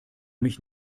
mich